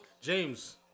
James